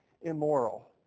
immoral